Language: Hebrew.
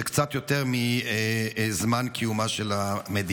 זה קצת יותר מזמן קיומה של המדינה.